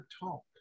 talk